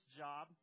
job